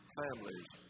families